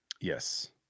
yes